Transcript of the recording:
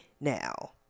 now